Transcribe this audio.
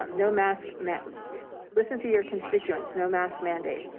um no mask mask listen to your constituents, no mask mandate.